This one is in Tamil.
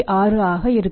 6 ஆக இருக்கும்